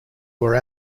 were